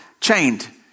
chained